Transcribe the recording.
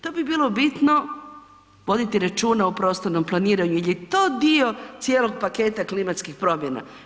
To bi bilo bitno voditi računa o prostornom planiranju jer je to dio cijelog paketa klimatskih promjena.